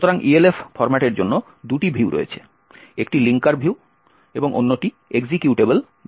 সুতরাং ELF ফরম্যাটের জন্য দুটি ভিউ রয়েছে একটি লিঙ্কার ভিউ এবং অন্যটি এক্সিকিউটেবল ভিউ